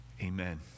amen